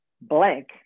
Blank